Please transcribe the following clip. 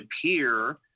appear